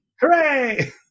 hooray